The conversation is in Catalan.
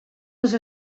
les